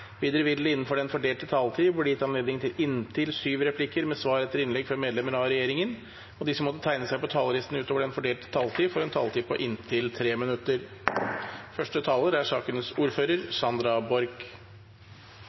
Videre vil det – innenfor den fordelte taletid – bli gitt anledning til inntil syv replikker med svar etter innlegg fra medlemmer av regjeringen, og de som måtte tegne seg på talerlisten utover den fordelte taletid, får også en taletid på inntil 3 minutter.